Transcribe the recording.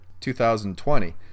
2020